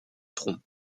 tronc